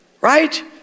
right